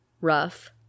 rough